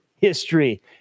history